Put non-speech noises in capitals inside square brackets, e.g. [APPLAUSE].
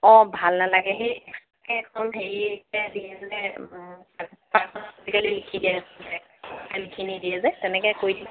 অঁ ভাল নালাগে হেই [UNINTELLIGIBLE] এখন হেৰি দিয়ে যেজিকালি [UNINTELLIGIBLE] লিখি দিয়া আছে যে [UNINTELLIGIBLE] লিখি নিদিয়ে যে তেনেকে কৰি